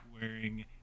wearing